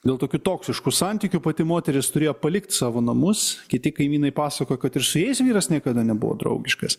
dėl tokių toksiškų santykių pati moteris turėjo palikt savo namus kiti kaimynai pasakojo kad ir su jais vyras niekada nebuvo draugiškas